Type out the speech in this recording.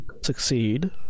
succeed